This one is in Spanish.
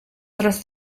tras